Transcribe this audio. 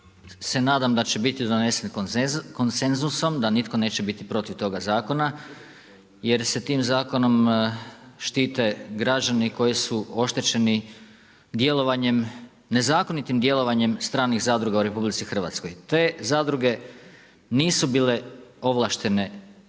se nadam da će biti donesen konsenzusom, da nitko neće biti protiv toga zakona, jer se tim zakonom štite građani koji su oštećeni djelovanjem, nezakonitim djelovanjem stranih zadruga u RH. Te zadruge nisu bile ovlaštene